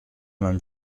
même